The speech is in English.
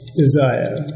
desire